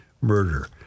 murder